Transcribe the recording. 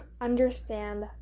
understand